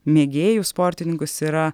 mėgėjus sportininkus yra